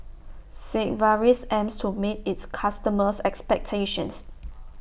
Sigvaris aims to meet its customers' expectations